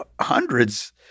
hundreds